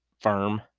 firm